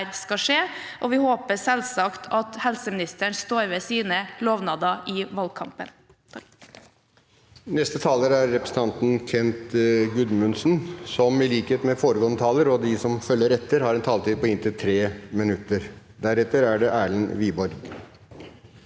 vi håper selvsagt at helseministeren står ved sine lovnader fra valgkampen.